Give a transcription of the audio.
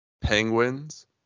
penguins